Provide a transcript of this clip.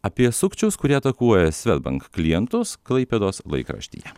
apie sukčius kurie atakuoja swedbank klientus klaipėdos laikraštyje